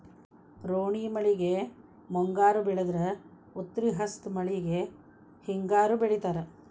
ರೋಣಿ ಮಳೆಗೆ ಮುಂಗಾರಿ ಬೆಳದ್ರ ಉತ್ರಿ ಹಸ್ತ್ ಮಳಿಗೆ ಹಿಂಗಾರಿ ಬೆಳಿತಾರ